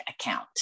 account